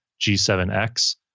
G7X